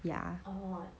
ya